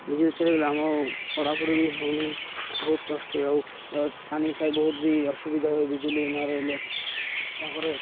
ବିଜୁଳି ଚାଲିଗଲେ ଆମ ପଢ଼ାପଢ଼ି ବି ହଉନି ବହୁତ କଷ୍ଟ ହୁଏ ଆଉ ପାଣି ପାଇ ବହୁତ ବି ଅସୁବିଧା ହୁଏ ବିଜୁଳି ନ ରହିଲେ ତା'ପରେ